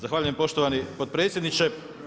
Zahvaljujem poštovani potpredsjedniče.